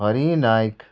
Hari Naik